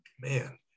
Man